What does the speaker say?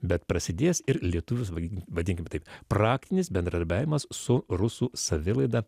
bet prasidės ir lietuvių vadinkime taip praktinis bendradarbiavimas su rusų savilaida